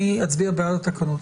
אני אצביע בעד התקנות,